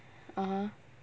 (uh huh)